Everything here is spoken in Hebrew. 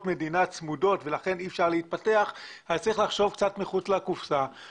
מדינה צמודות ולכן אי אפשר להתפתח אז צריך לחשוב קצת מחוץ לקופסה.